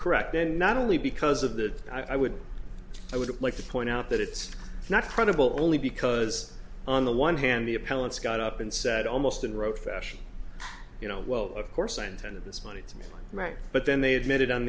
correct then not only because of that i would i would like to point out that it's not credible only because on the one hand the appellant's got up and said almost and wrote fashion you know well of course intended this money right but then they admitted on